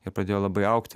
ir pradėjo labai augti